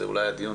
זה אולי הדיון